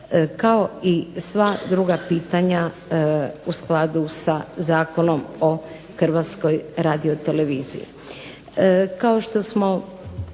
Kao i sva druga pitanja u skladu sa Zakonom o Hrvatskoj radioteleviziji.